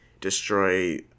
destroy